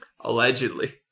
allegedly